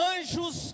Anjos